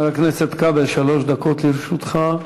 חבר הכנסת כבל, שלוש דקות לרשותך.